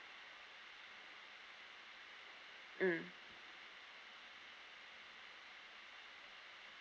mm